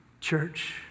Church